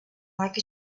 like